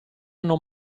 non